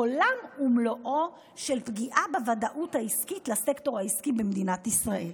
עולם ומלואו של פגיעה בוודאות העסקית לסקטור העסקי במדינת ישראל: